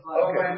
okay